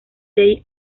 day